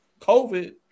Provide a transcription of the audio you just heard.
COVID